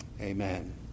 Amen